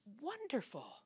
wonderful